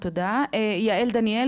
יעל דניאל,